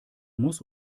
muss